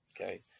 Okay